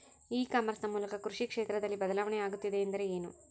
E commerce ನ ಮೂಲಕ ಕೃಷಿ ಕ್ಷೇತ್ರದಲ್ಲಿ ಬದಲಾವಣೆ ಆಗುತ್ತಿದೆ ಎಂದರೆ ಏನು?